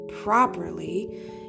properly